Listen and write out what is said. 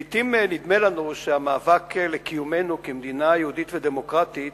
לעתים נדמה לנו שהמאבק על קיומנו כמדינה יהודית ודמוקרטית